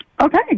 Okay